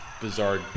bizarre